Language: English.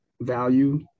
value